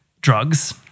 drugs